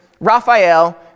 Raphael